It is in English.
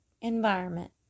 environment